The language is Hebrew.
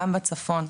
גם בצפון.